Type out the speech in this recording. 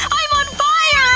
i'm on fire!